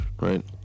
right